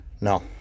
no